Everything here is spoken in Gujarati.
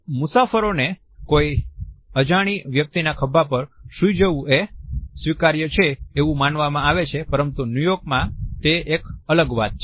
Refer Time 2800 મુસાફરોને કોઈ અજાણી વ્યક્તિના ખભા પર સુઈ જવું એ સ્વીકાર્ય છે એવું માનવામાં આવે છે પરતું ન્યુયોર્ક માં તે એક અલગ વાત છે